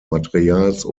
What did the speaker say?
materials